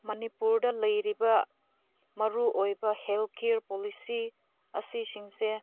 ꯃꯅꯤꯄꯨꯔꯗ ꯂꯩꯔꯤꯕ ꯃꯔꯨ ꯑꯣꯏꯕ ꯍꯦꯜꯠꯀꯦꯌꯥꯔ ꯄꯣꯂꯤꯁꯤ ꯑꯁꯤꯁꯤꯡꯁꯦ